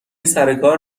سرکار